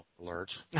alert